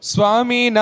Swami